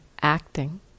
acting